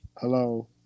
hello